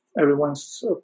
everyone's